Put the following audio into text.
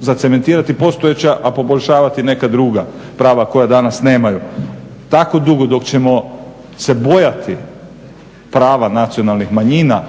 zacementirati postojeća, a poboljšavati neka druga prava koja danas nemaju. Tako dugo dok ćemo se bojati prava nacionalnih manjina